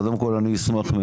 קודם כל אני אשמח,